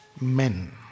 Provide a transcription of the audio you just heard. men